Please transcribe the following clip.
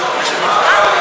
השר ירד,